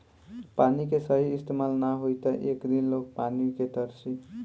पानी के सही इस्तमाल ना होई त एक दिन लोग पानी के तरसी